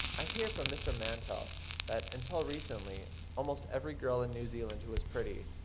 i hear from mr. mantell that, until recently, almost every girl in new zealand who was pretty,